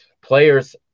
Players